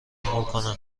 کنم